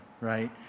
right